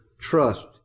trust